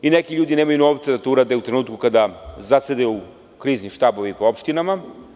Neki ljudi nemaju novca da to urade u trenutku kada zasedaju krizni štabovi u opštinama.